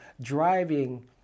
driving